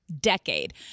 decade